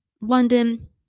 London